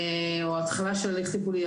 או ההתחלה של ההליך הטיפולי.